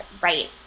right